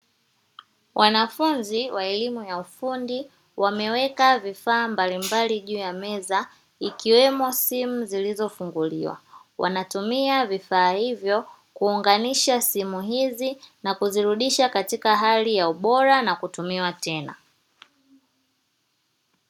Wanafunzi wa elimu ya ufundi wameweka vifaa mbalimbali juu ya meza ikiwemo simu zilizofunguliwa, wanatumia vifaa hivyo kuunganisha simu hizi na kuzirudisha katika hali ya ubora na kutumiwa tena.